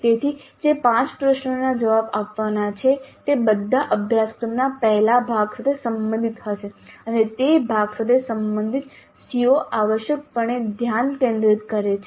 તેથી જે 5 પ્રશ્નોના જવાબ આપવાના છે તે બધા અભ્યાસક્રમના પહેલા ભાગ સાથે સંબંધિત હશે અને તે ભાગ સાથે સંબંધિત CO આવશ્યકપણે ધ્યાન કેન્દ્રિત કરે છે